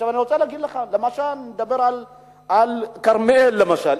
אני רוצה לדבר על כרמיאל, למשל.